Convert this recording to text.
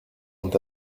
ont